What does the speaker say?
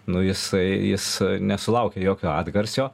nu jisai jis nesulaukė jokio atgarsio